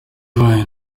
wine